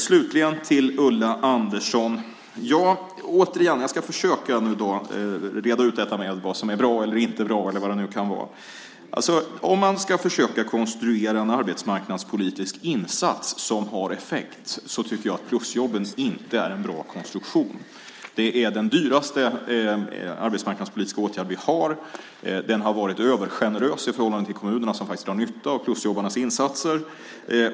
Slutligen till Ulla Anderssons frågor. Jag ska försöka reda ut vad som är bra eller inte bra eller vad det nu kan vara. Om man ska försöka konstruera en arbetsmarknadspolitisk insats som har effekt tycker jag att plusjobben inte är en bra konstruktion. Det är den dyraste arbetsmarknadspolitiska åtgärd vi har. Den har varit övergenerös i förhållande till kommunerna, som faktiskt drar nytta av plusjobbarnas insatser.